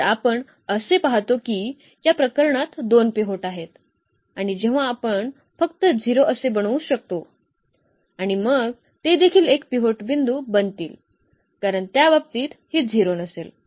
तर आपण असे पाहतो की या प्रकरणात 2 पिव्होट आहेत आणि जेव्हा आपण फक्त 0 असे बनवू शकतो आणि मग ते देखील एक पिव्होट बिंदू बनतील कारण त्या बाबतीत हे 0 नसेल